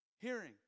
Hearing